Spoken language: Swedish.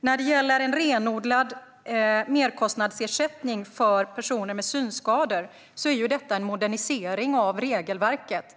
När det gäller en renodlad merkostnadsersättning för personer med synskador är det en modernisering av regelverket.